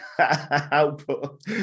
output